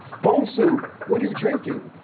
bonsu, what are you drinking?